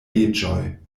leĝoj